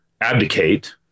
abdicate